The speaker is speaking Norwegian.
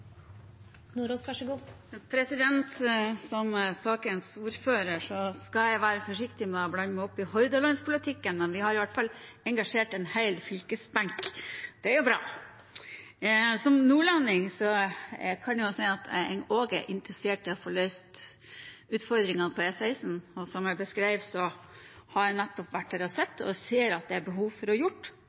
med skuldrane. Så me gjorde det som gjerast kunne. Det går ikkje an å rassikra der, ein må byggja nytt. Som sakens ordfører skal jeg være forsiktig med å blande meg opp i Hordalandspolitikken, men vi har i hvert fall engasjert en hel fylkesbenk. Det er jo bra! Som nordlending kan jeg si at jeg også er interessert i å få løst utfordringene på E16. Som jeg beskrev, har jeg nettopp vært der og sett og ser at det er behov for å